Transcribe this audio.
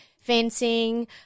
fencing